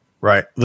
Right